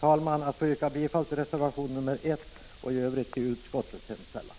talman! Jag yrkar bifall till reservation nr 1 samt i övrigt till utskottets hemställan.